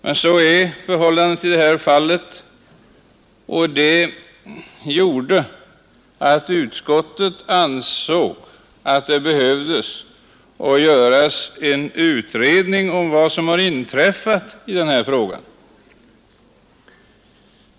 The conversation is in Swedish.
Men så är det i detta fall, och det har gjort att utskottet ansett att man behövde göra en undersökning om vad som har inträffat i denna fråga.